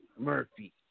Murphy